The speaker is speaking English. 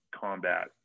combat